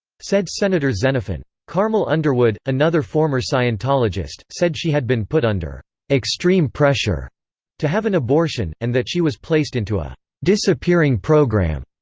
said senator xenophon. carmel underwood, another former scientologist, said she had been put under extreme pressure to have an abortion, and that she was placed into a disappearing programme,